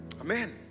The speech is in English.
Amen